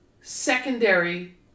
secondary